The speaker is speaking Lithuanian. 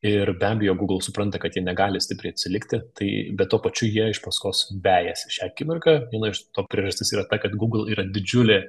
ir be abejo google supranta kad jie negali stipriai atsilikti tai bet tuo pačiu jie iš paskos vejasi šią akimirką viena iš to priežastis yra ta kad google yra didžiulė